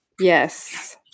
yes